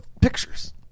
pictures